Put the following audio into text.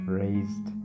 raised